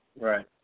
Right